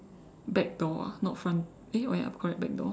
back door ah not front eh oh ya correct back door